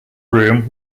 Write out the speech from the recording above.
room